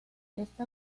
esta